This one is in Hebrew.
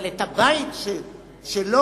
אבל את הבית שלו,